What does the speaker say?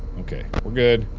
okay we're good.